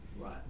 Right